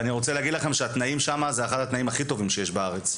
ואני רוצה להגיד לכם שהתנאים שם זה אחד התנאים הכי טובים שיש בארץ.